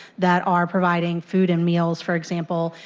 that are providing food and meals, for example,